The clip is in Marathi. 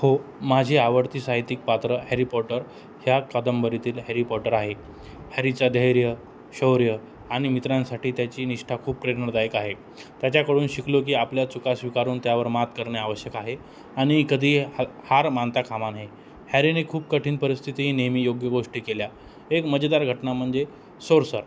हो माझी आवडती साहित्यिक पात्र हॅरी पॉटर ह्या कादंबरीतील हॅरी पॉटर आहे हॅरीचा धैर्य शौर्य आणि मित्रांसाठी त्याची निष्ठा खूप प्रेरणादायक आहे त्याच्याकडून शिकलो की आपल्या चुका स्वीकारून त्यावर मात करणे आवश्यक आहे आणि कधी ह हार मानता कामा नये हॅरीने खूप कठीण परिस्थिती ही नेहमी योग्य गोष्टी केल्या एक मजेदार घटना म्हणजे सोरसर